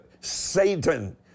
Satan